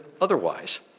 otherwise